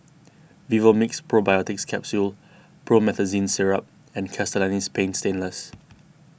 Vivomixx Probiotics Capsule Promethazine Syrup and Castellani's Paint Stainless